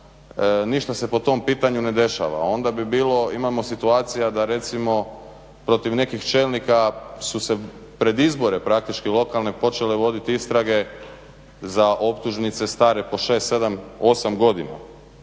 ništa se po tom pitanju ne dešava. Onda bi bilo, imamo situacija da recimo protiv nekih čelnika su se pred izbore, praktički lokalne počele voditi istrage za optužnice stare po 6, 7, 8 godina.